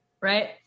right